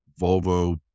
Volvo